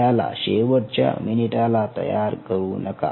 त्याला शेवटच्या मिनिटाला तयार करू नका